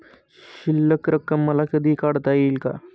शिल्लक रक्कम मला कधी काढता येईल का?